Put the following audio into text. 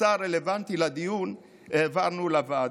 מצע רלוונטי לדיון העברנו לוועדות.